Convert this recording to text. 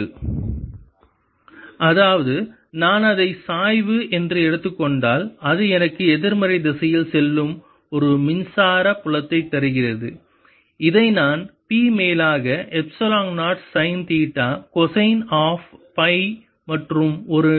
E P30x VrP30x அதாவது நான் அதை சாய்வு என்று எடுத்துக் கொண்டால் அது எனக்கு எதிர்மறை திசையில் செல்லும் ஒரு மின்சார புலத்தை தருகிறது இதை நான் P மேலாக 3 epsilon 0 sine theta cosine of psi மற்றும் ஒரு